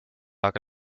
aga